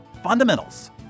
fundamentals